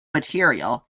material